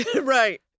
Right